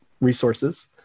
resources